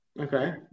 Okay